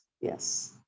yes